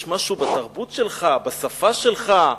יש משהו בתרבות שלך, בשפה שלך,